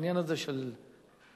בעניין הזה של ועדת-טרכטנברג,